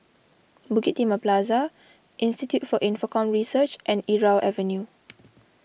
Bukit Timah Plaza Institute for Infocomm Research and Irau Avenue